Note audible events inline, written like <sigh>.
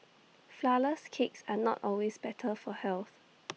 Flourless Cakes are not always better for health <noise>